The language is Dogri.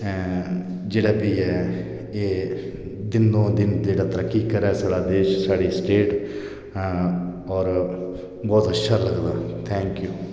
जेहड़ा बी ऐ एह् दिनो दिन जेहड़ा तरीक्की करी सकदा देस साढ़ी स्टेट और बहुत अच्छा लगदा मिगी थेंक्यू